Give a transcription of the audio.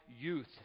youth